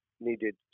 needed